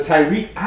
Tyreek